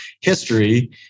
history